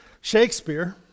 Shakespeare